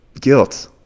guilt